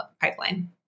pipeline